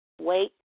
wait